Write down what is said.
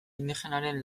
indigenaren